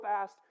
fast